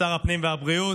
שר הפנים והבריאות,